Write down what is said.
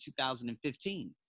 2015